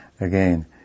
again